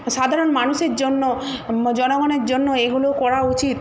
সাধারণ মানুষের জন্য জনগণের জন্য এগুলো করা উচিত